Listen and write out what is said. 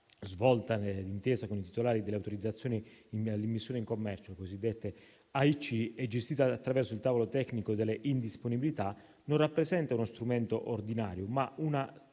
svolta d'intesa con i titolari delle autorizzazioni all'immissione in commercio, le cosiddette AIC, e gestita attraverso il tavolo tecnico delle indisponibilità, non rappresenta uno strumento ordinario, ma una iniziativa